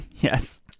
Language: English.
Yes